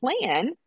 plan